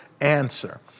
answer